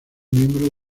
miembro